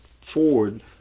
forward